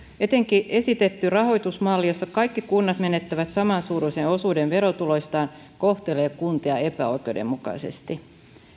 etenkin esitetty rahoitusmalli jossa kaikki kunnat menettävät samansuuruisen osuuden verotuloistaan kohtelee kuntia epäoikeudenmukaisesti